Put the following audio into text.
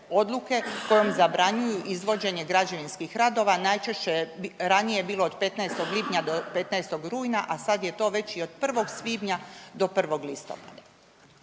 kojom zabranjuju izvođenje građevinskih radova, najčešće je ranije bilo od 15. lipnja do 15. rujna, a sad je to već i od 1. svibnja do 1. listopada.